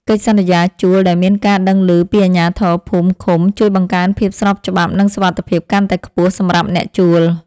កិច្ចសន្យាជួលដែលមានការដឹងឮពីអាជ្ញាធរភូមិឃុំជួយបង្កើនភាពស្របច្បាប់និងសុវត្ថិភាពកាន់តែខ្ពស់សម្រាប់អ្នកជួល។